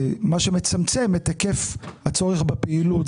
מה שמצמצם את היקף הצורך בפעילות,